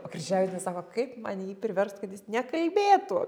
o kryževienė sako kaip man jį priverst kad jis nekalbėtų